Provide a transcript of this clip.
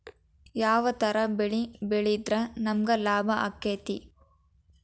ಯಾವ ತರ ಬೆಳಿ ಬೆಳೆದ್ರ ನಮ್ಗ ಲಾಭ ಆಕ್ಕೆತಿ?